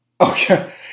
Okay